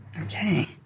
Okay